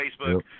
Facebook